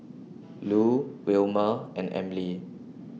Lu Wilmer and Emely